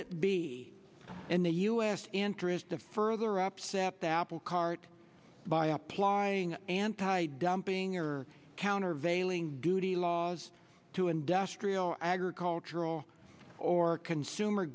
it be in the u s interest to further upset that apple cart by applying anti dumping your countervailing duty laws to industrial agricultural or consumer